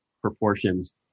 proportions